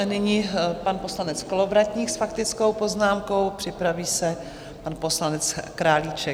Nyní pan poslanec Kolovratník s faktickou poznámkou, připraví se pan poslanec Králíček.